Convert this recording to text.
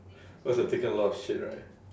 must have taken a lot of shit right